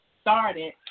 started